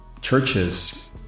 churches